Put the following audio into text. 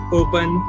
open